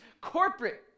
corporate